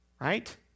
Right